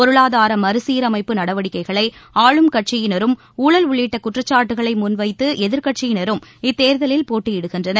பொருளாதார மறுசீரமைப்பு நடவடிக்கைகளை ஆளும் கட்சியினரும் ஊழல் உள்ளிட்ட குற்றச்சாட்டுகளை முன்வைத்து எதிர்கட்சியினரும் இத்தேர்தலில் போட்டியிடுகின்றனர்